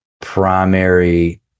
primary